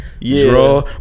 draw